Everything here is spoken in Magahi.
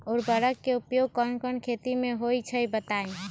उर्वरक के उपयोग कौन कौन खेती मे होई छई बताई?